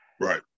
right